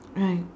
right